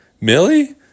Millie